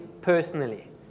personally